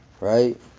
right